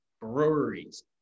breweries